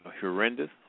horrendous